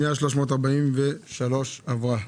פנייה 343 עברה.